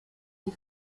die